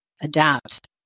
adapt